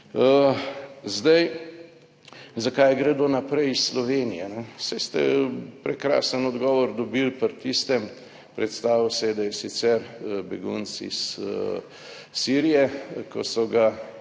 Zdaj, zakaj gredo naprej iz Slovenije? Saj ste prekrasen odgovor dobili pri tistem, predstavil se je, da je sicer begunci iz Sirije, ko so ga